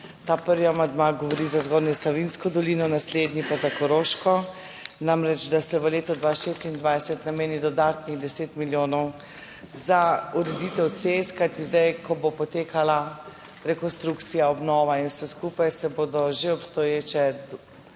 Ta prvi amandma govori za Zgornjo Savinjsko dolino, naslednji pa za Koroško. Namreč, da se v letu 2026 nameni dodatnih deset milijonov za ureditev cest, kajti zdaj, ko bo potekala rekonstrukcija, obnova in vse skupaj, se bodo že obstoječe